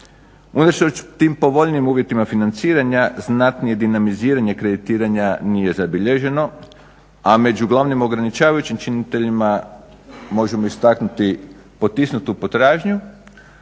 već u tim povoljnim uvjetima financiranja znatnije dinamizirane kreditiranja nije zabilježeno a među glavnim ograničavajućim činiteljima možemo istaknuti potisnutu potražnju,